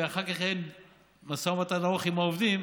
ואחר כך לנהל משא ומתן ארוך עם העובדים,